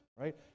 right